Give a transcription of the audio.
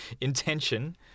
intention